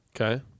Okay